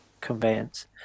conveyance